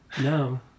No